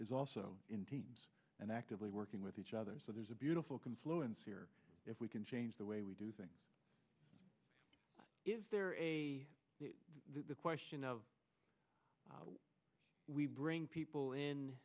is also in teams and actively working with each other so there's a beautiful confluence here if we can change the way we do things is there the question of why we bring people in